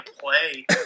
play